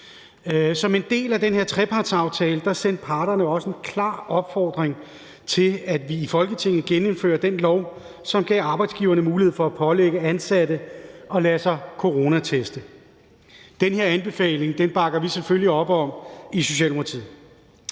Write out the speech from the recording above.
Som en del af den her trepartsaftale sendte parterne også en klar opfordring til, at vi i Folketinget genindfører den lov, som gav arbejdsgiverne mulighed for at pålægge ansatte at lade sig coronateste. Den her anbefaling bakker vi selvfølgelig op om i Socialdemokratiet.